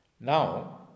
Now